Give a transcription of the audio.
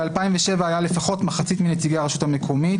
ב-2007 היו לפחות מחצית מנציגי הרשות המקומית,